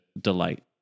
delight